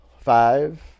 five